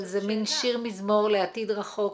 אבל זה מין שיר מזמור לעתיד רחוק.